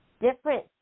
different